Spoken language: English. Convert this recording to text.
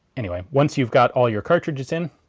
anyway once you've got all your cartridges in,